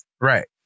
Right